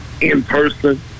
in-person